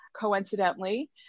Coincidentally